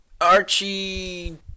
Archie